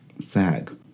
sag